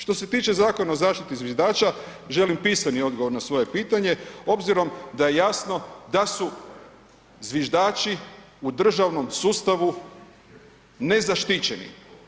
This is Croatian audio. Što se tiče Zakona o zaštiti zviždača, želim pisani odgovor na svoje pitanje obzirom da je jasno da su zviždači u državnom sustavu nezaštićeni.